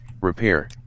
Repair